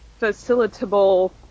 facilitable